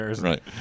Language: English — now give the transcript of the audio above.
Right